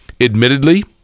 admittedly